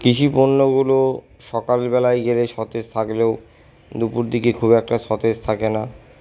কৃষিপণ্যগুলো সকালবেলায় গেলে সতেজ থাকলেও দুপুর দিকে খুব একটা সতেজ থাকে না